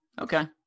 Okay